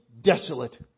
desolate